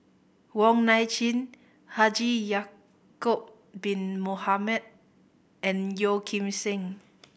Wong Nai Chin Haji Ya'acob Bin Mohamed and Yeo Kim Seng